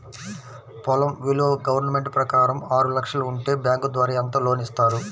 పొలం విలువ గవర్నమెంట్ ప్రకారం ఆరు లక్షలు ఉంటే బ్యాంకు ద్వారా ఎంత లోన్ ఇస్తారు?